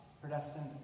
Predestined